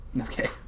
Okay